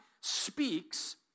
speaks